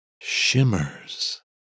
shimmers